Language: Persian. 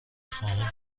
خواهم